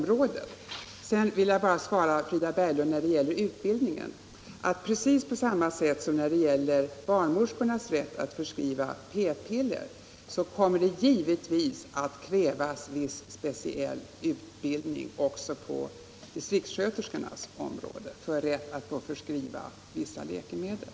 När det gäller utbildningen vill jag bara säga till Frida Berglund att precis på samma sätt som då det gäller barnmorskornas rätt att förskriva p-piller kommer det givetvis att krävas speciell utbildning också för distriktssköterskornas rätt att förskriva vissa läkemedel.